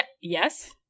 yes